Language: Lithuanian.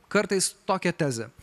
kartais tokią tezę